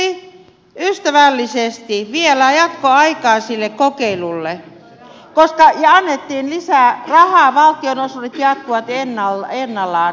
eduskunta hyväksyi ystävällisesti vielä jatkoaikaa sille kokeilulle ja annettiin lisää rahaa valtionosuudet jatkuivat ennallaan